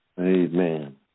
Amen